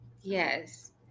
yes